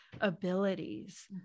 abilities